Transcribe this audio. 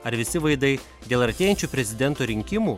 ar visi vaidai dėl artėjančių prezidento rinkimų